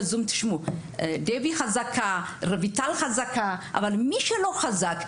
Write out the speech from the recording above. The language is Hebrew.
דבי חזקה, רויטל חזקה, אבל מי שלא חזק?